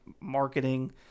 marketing